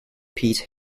pete